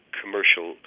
commercial